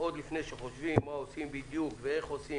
עוד לפני שחושבים מה עושים בדיוק ואיך עושים,